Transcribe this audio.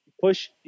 push